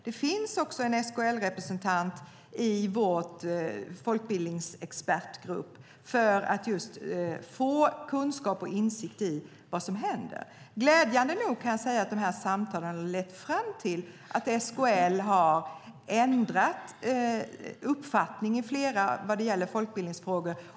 Det finns också en SKL-representant i vår folkbildningsexpertgrupp för att man ska få kunskap om och insikt i vad som händer. Glädjande nog kan jag säga att de här samtalen har lett fram till att SKL har ändrat uppfattning när det gäller folkbildningsfrågor.